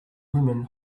women